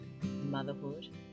motherhood